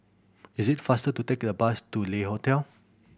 is it faster to take the bus to Le Hotel